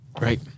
Right